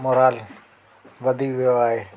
morale वधी वियो आहे